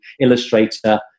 illustrator